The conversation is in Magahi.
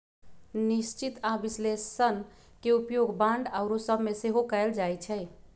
निश्चित आऽ विश्लेषण के उपयोग बांड आउरो सभ में सेहो कएल जाइ छइ